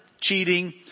cheating